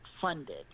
funded